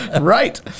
Right